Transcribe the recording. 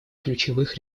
ключевых